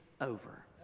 over